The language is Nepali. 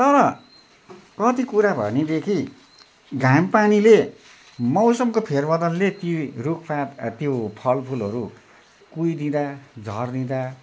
तर कति कुरा भनेदेखि घामपानीले मौसमको फेरबदलले ती रुखपात आ त्यो फलफुलहरू कुहिइदिँदा झरिदिँदा